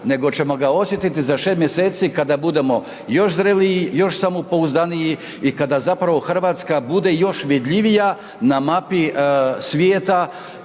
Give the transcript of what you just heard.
nego ćemo osjetiti za 6 mj. kada budemo još zreliji, još samopouzdaniji i kada zapravo Hrvatska bude još vidljivija na mapi svijeta